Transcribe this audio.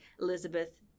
Elizabeth